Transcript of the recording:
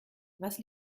was